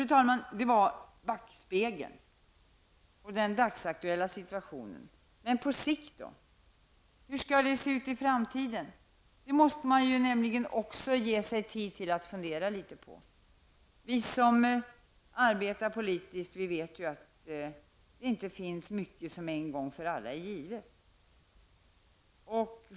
Detta var backspegeln och den dagsaktuella situationen. Men på sikt då? Hur skall det se ut i framtiden? Också det måste man ge sig tid att fundera på. Vi som arbetar politiskt vet att det inte finns mycket som en gång för alla är givet.